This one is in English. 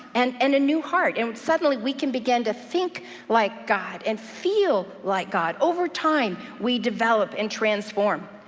and and a new heart, and suddenly we can begin to think like god, and feel like god. over time, we develop and transform.